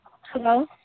Hello